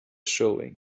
showing